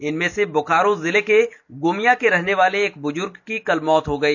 इनमें से बोकारो जिले के गोमिया के रहने वाले एक बुज़र्ग की कल मौत हो गई